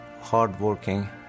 hardworking